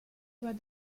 doit